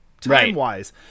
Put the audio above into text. time-wise